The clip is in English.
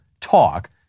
Talk